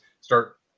Start